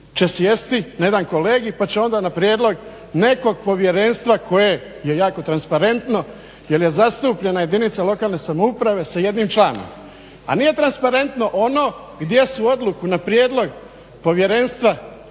će sjesti na jedan kolegij pa će onda na prijedlog nekog povjerenstva koje je jako transparentno jer je zastupljena jedinica lokalne samouprave sa jednim članom? A nije transparentno ono gdje su odluku na prijedlog Povjerenstva